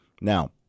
Now